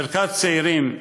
מרכז צעירים,